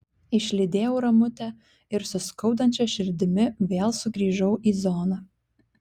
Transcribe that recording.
išlydėjau ramutę ir su skaudančia širdimi vėl sugrįžau į zoną